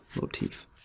motif